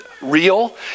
real